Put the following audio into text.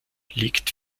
liegt